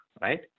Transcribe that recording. right